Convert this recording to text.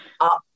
up